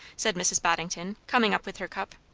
said mrs boddington, coming up with her cup.